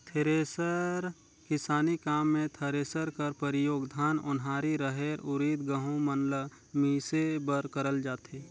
thresher किसानी काम मे थरेसर कर परियोग धान, ओन्हारी, रहेर, उरिद, गहूँ मन ल मिसे बर करल जाथे